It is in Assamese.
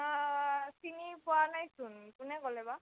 চিনি পোৱা নাইচোন কোনে ক'লে বাৰু